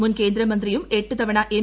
മുൻ കേന്ദ്രമന്ത്രിയും എട്ടു തവണ എം